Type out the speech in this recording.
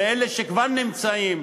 לאלה שכבר נמצאים,